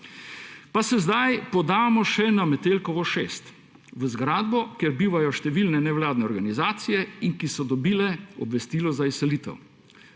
Pa se zdaj podamo še na Metelkovo 6, v zgradbo, kjer bivajo številne nevladne organizacije, ki so dobile obvestilo za izselitev.